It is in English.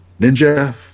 Ninja